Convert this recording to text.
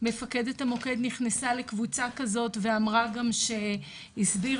ומפקדת המוקד נכנסה לקבוצה כזאת ואמרה גם שהסבירה,